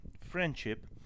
Friendship